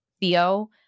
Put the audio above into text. Theo